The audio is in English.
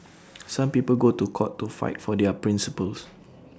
some people go to court to fight for their principles